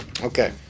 Okay